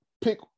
pick